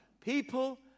people